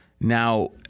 Now